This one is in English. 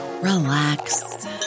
relax